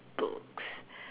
books